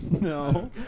No